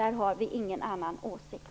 Där har vi ingen annan åsikt.